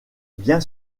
bien